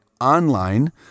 online